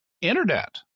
internet